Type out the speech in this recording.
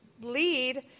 lead